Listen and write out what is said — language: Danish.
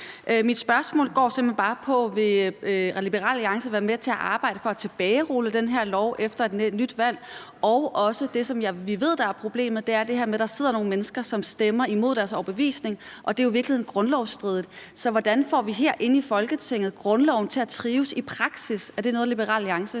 Mit spørgsmål går simpelt hen bare på, om Liberal Alliance vil være med til at arbejde for at tilbagerulle den her lov efter et nyt valg og for det her med, hvilket vi ved er problemet, at der sidder nogle mennesker, som stemmer imod deres overbevisning, og det jo i virkeligheden er grundlovsstridigt. Hvordan får vi herinde i Folketinget grundloven til at trives i praksis? Er det noget, Liberal Alliance også